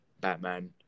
Batman